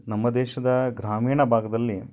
ನಮ್ಮ ದೇಶದ ಗ್ರಾಮೀಣ ಭಾಗದಲ್ಲಿ